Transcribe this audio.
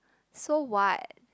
so what